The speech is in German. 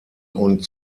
und